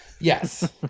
Yes